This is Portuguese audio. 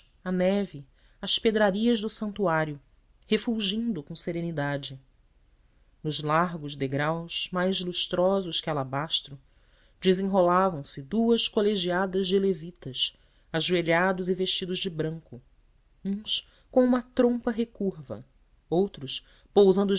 a neve as pedrarias do santuário refulgindo com serenidade nos largos degraus mais lustrosos que alabastro desenrolavam se duas colegiadas de levitas ajoelhados e vestidos de branco uns com uma trompa recurva outros pousando